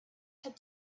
had